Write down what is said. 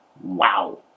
Wow